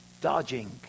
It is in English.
dodging